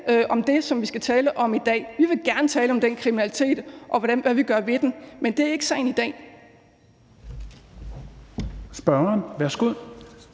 om det, som vi skal tale om i dag. Vi vil gerne tale om den kriminalitet, og hvad vi gør ved den, men det er ikke sagen i dag.